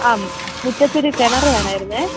ആം മുറ്റത്തൊരു കിണര് വേണമായിരുന്നേ